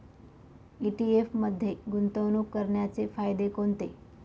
ETF मध्ये गुंतवणूक करण्याचे फायदे कोणते?